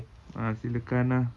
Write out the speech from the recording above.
ah silakan ah